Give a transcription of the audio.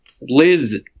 Liz